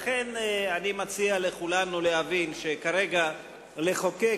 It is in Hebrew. לכן אני מציע לכולנו להבין שכרגע לחוקק